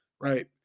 Right